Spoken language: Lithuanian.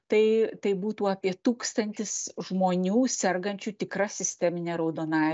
tai tai būtų apie tūkstantis žmonių sergančių tikra sistemine raudonąja